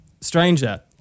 Stranger